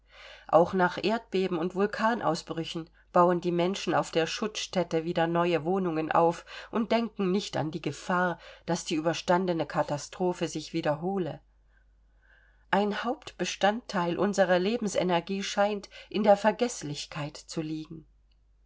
auch nach erdbeben und vulkanausbrüchen bauen die menschen auf der schuttstätte wieder neue wohnungen auf und denken nicht an die gefahr daß die überstandene katastrophe sich wiederhole ein hauptbestandteil unserer lebensenergie scheint in der vergeßlichkeit zu liegen